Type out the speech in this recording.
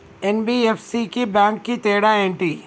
NBFC కి bank కి తేడా ఏంటి?